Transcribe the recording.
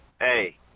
hey